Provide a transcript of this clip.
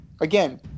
again